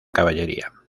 caballería